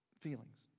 feelings